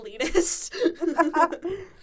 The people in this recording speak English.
elitist